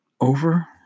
over